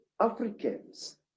Africans